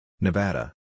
Nevada